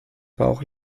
bauch